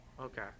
Okay